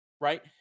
Right